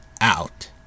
out